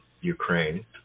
Ukraine